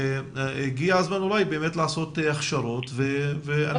הגיע הזמן אולי באמת לעשות הכשרות ואני